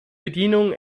bedienung